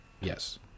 Yes